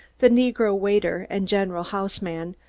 the negro head-waiter and general house-man,